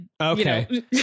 okay